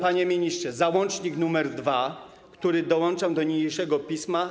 Panie ministrze, cytuję: załącznik nr 2, który dołączam do niniejszego pisma.